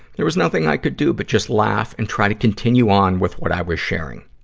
there was nothing i could do but just laugh and try to continue on with what i was sharing.